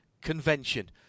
convention